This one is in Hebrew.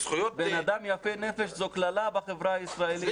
בן אדם יפה נפש זו קללה בחברה הישראלית.